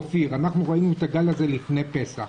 אופיר אנחנו ראינו את הגל הזה לפני פסח,